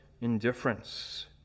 indifference